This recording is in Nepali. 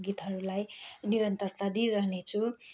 गीतहरूलाई निरन्तरता दिइरहने छु